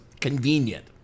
convenient